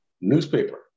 newspaper